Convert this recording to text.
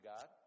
God